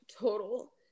total